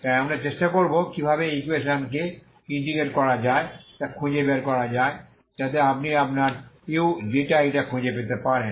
তাই আমরা চেষ্টা করব কিভাবে এই ইকুয়েশন কে ইন্টিগ্রেট করা যায় তা খুঁজে বের করা যায় যাতে আপনি আপনারuখুঁজে পেতে পারেন